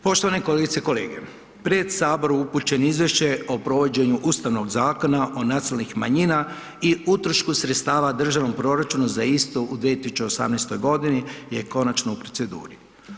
Poštovane kolegice i kolege, pred sabor upućeno izvješće o provođenju Ustavnog Zakona o nacionalnih manjina i utrošku sredstava u državnom proračunu za isto u 2018.g. je konačno u proceduri.